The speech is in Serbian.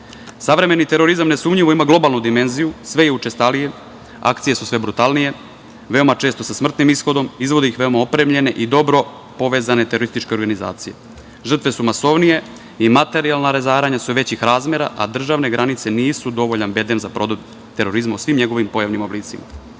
Savremeni terorizam nesumnjivo ima globalnu dimenziju i sve je učestaliji i akcije su sve brutalnije, veoma često sa smrtnih ishodom, izvode ih veoma opremljene i dobro povezane terorističke organizacije. Žrtve su masovnije i materijalna razaranja su većih razmera, a državne granice nisu dovoljan bedem za produkt terorizma u svim njegovim oblicima. Ono